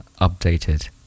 updated